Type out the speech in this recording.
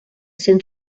cent